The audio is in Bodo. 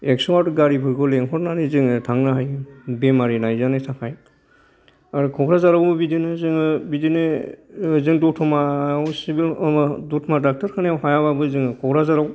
एक श' आथ गारिफोरखौ लेंहरनानै जों थांनो हायो बेमारि नायजानो थाखाय आरो क'क्राझारावबो बिदिनो जोङो बिदिनो जों दत'मायाव सिभिल दतमा डक्टर खानायाव हायाबाबो जों क'क्राझाराव